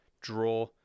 draw